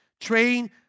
train